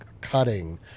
cutting